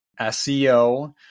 SEO